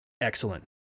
excellent